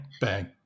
Bang